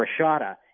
Rashada